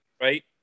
right